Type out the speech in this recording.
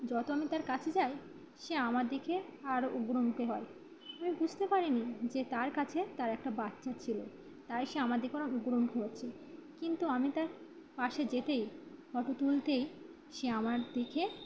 যত আমি তার কাছে যাই সে আমার দিকে আরও উগ্রমুখী হয় আমি বুঝতে পারিনি যে তার কাছে তার একটা বাচ্চা ছিল তাই সে আমার দিকে উগ্রমুখী হচ্ছে কিন্তু আমি তার পাশে যেতেই ফোটো তুলতেই সে আমার দিকে